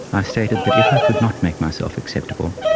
i stated that if i could not make myself acceptable,